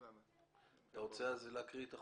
אתה רוצה לקרוא את החוק?